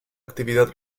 actividad